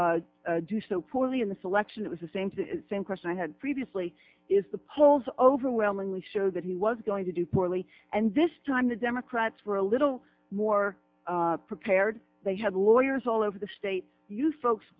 state do so poorly in the selection it was the same same question i had previously is the polls overwhelmingly show that he was going to do poorly and this time the democrats were a little more prepared they had lawyers all over the state you folks